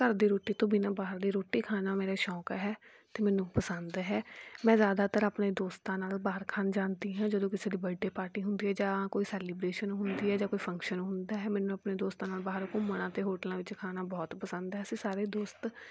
ਘਰ ਦੀ ਰੋਟੀ ਤੋਂ ਬਿਨਾ ਬਾਹਰ ਦੀ ਰੋਟੀ ਖਾਣਾ ਮੇਰਾ ਸ਼ੌਕ ਹੈ ਅਤੇ ਮੈਨੂੰ ਪਸੰਦ ਹੈ ਮੈਂ ਜ਼ਿਆਦਾਤਰ ਆਪਣੇ ਦੋਸਤਾਂ ਨਾਲ ਬਾਹਰ ਖਾਣ ਜਾਂਦੀ ਹਾਂ ਜਦੋਂ ਕਿਸੇ ਦੀ ਬਰਥਡੇ ਪਾਰਟੀ ਹੁੰਦੀ ਹੈ ਜਾਂ ਕੋਈ ਸੈਲੀਬਰੇਸ਼ਨ ਹੁੰਦੀ ਹੈ ਜਾਂ ਕੋਈ ਫੰਕਸ਼ਨ ਹੁੰਦਾ ਹੈ ਮੈਨੂੰ ਆਪਣੇ ਦੋਸਤਾਂ ਨਾਲ ਬਾਹਰ ਘੁੰਮਣਾ ਅਤੇ ਹੋਟਲਾਂ ਵਿੱਚ ਖਾਣਾ ਬਹੁਤ ਪਸੰਦ ਹੈ ਅਸੀਂ ਸਾਰੇ ਦੋਸਤ